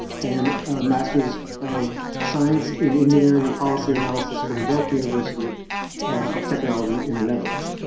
and a master's of science in engineering and policy analysis from delft university of technology in the netherlands.